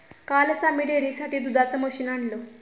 कालच आम्ही डेअरीसाठी दुधाचं मशीन आणलं